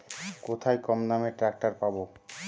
কোথায় কমদামে ট্রাকটার পাব?